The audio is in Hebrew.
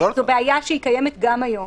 זו בעיה שקיימת גם היום.